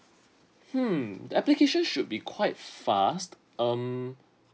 mmm application should be quite fast um